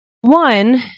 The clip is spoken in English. One